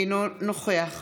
אינו נוכח